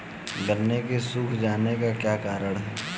गन्ने के सूख जाने का क्या कारण है?